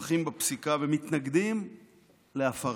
תומך בפסיקה ומתנגד להפרתה.